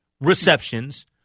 receptions